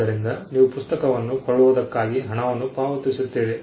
ಆದ್ದರಿಂದ ನೀವು ಪುಸ್ತಕವನ್ನು ಕೊಳ್ಳುವುದಕ್ಕಾಗಿ ಹಣವನ್ನು ಪಾವತಿಸುತ್ತೀರಿ